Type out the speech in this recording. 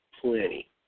plenty